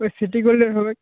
ওই সিটি গোল্ডের হবেক